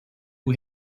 who